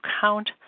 count